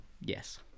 Yes